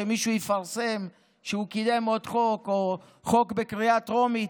ושמישהו יפרסם שהוא קידום עוד חוק או חוק בקריאה טרומית,